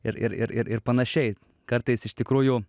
ir ir ir ir ir panašiai kartais iš tikrųjų